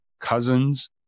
cousins